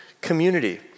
community